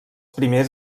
primers